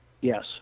Yes